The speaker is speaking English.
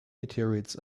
meteorites